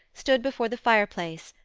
stood before the fireplace,